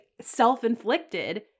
self-inflicted